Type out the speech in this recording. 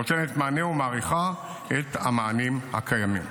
נותנת מענה ומאריכה את המענים הקיימים.